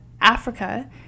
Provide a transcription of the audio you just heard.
Africa